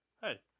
Hey